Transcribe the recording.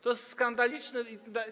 To jest skandaliczne.